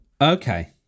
Okay